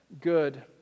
good